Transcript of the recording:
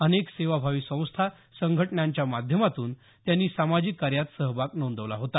अनेक सेवाभावी संस्था संघटनांच्या माध्यमातून त्यांनी सामाजिक कार्यात सहभाग नोंदवला होता